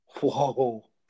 Whoa